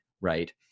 Right